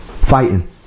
fighting